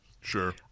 sure